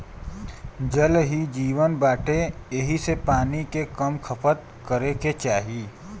जल ही जीवन बाटे एही से पानी के कम खपत करे के चाही